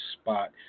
spot